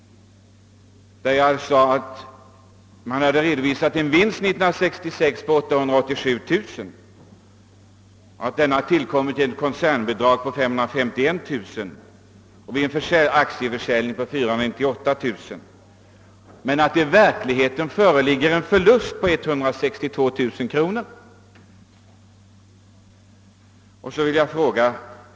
Därvid påpekade jag att man hade redovisat en vinst för år 1966 på 887 000 kronor, vilken tillkommit genom ett koncernbidrag på 551 000 kronor och en vinst vid aktieförsäljning inom koncernen på 498 000 kronor. I verkligheten förelåg alltså en förlust på 162 000 kronor.